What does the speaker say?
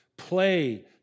play